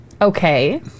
Okay